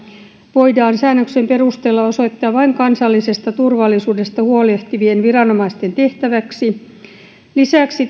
voidaan säännöksen perusteella osoittaa vain kansallisesta turvallisuudesta huolehtivien viranomaisten tehtäväksi lisäksi